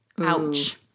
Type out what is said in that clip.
Ouch